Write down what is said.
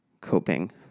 coping